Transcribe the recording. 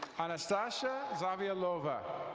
anastasia zaviolova.